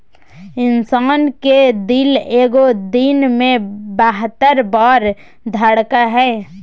इंसान के दिल एगो दिन मे बहत्तर बार धरकय हइ